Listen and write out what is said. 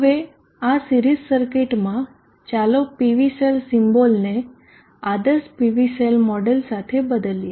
હવે આ સિરીઝ સર્કિટમાં ચાલો PV સેલ સીમ્બોલને આદર્શ PV સેલ મોડેલ સાથે બદલીએ